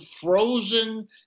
frozen